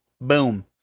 boom